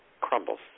crumbles